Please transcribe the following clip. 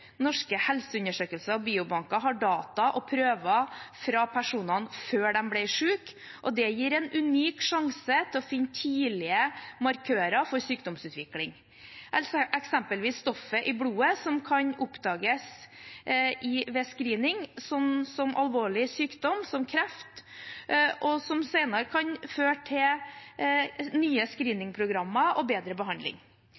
Norske helseundersøkelser og biobanker har data og prøver fra personer fra før de ble syke. Det gir en unik sjanse til å finne tidlige markører for sykdomsutvikling, eksempelvis stoff i blodet som kan oppdages ved screening – f.eks. ved alvorlig sykdom som kreft – som senere kan føre til nye